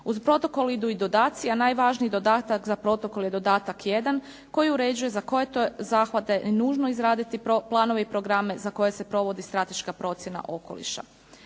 Uz protokol idu i dodaci, a najvažniji je dodatak za protokol je dodatak 1 koji uređuje za koje je to zahvate nužno izraditi planove i programe za koje se provodi strateška procjena okoliša.